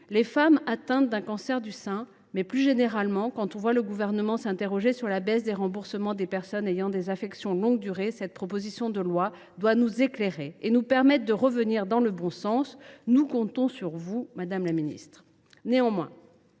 des femmes atteintes d’un cancer du sein. Plus généralement, quand on voit le Gouvernement s’interroger sur la baisse des remboursements aux personnes en ALD, cette proposition de loi doit nous éclairer et nous permettre de revenir dans le bon sens. Nous comptons sur vous, madame la ministre. Toutefois,